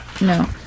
No